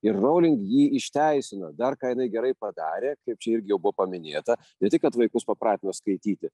ir rowling jį išteisino dar ką jinai gerai padarė kaip čia irgi jau buvo paminėta ne tik kad vaikus pratino skaityti